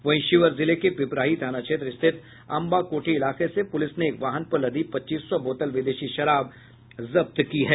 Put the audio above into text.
वहीं शिवहर जिले के पिपराही थाना क्षेत्र स्थित अंबा कोठी इलाके से पुलिस ने एक वाहन पर लदी पच्चीस सौ बोतल विदेशी शराब जब्त की है